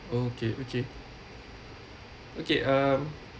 okay okay okay um